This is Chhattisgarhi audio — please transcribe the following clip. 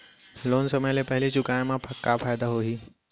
लोन समय ले पहिली चुकाए मा का फायदा होही?